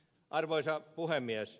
arvoisa puhemies